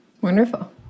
Wonderful